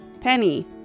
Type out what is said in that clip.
Penny